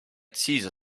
cesar